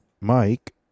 Mike